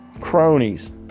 cronies